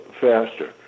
faster